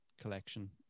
collection